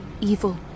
evil